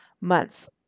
months